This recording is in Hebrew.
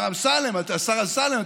השר אמסלם,